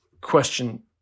question